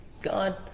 God